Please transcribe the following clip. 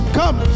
come